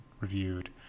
reviewed